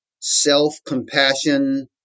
self-compassion